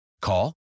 Call